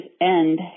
end